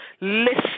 listen